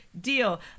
deal